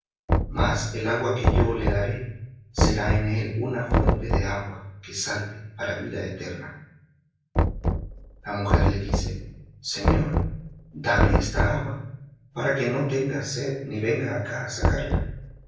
mas el agua que yo le daré será en él una fuente de agua que salte para vida eterna la mujer le dice señor dame esta agua para que no tenga sed ni venga acá á sacar